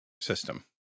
system